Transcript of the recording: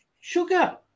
Sugar